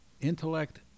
intellect